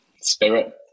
spirit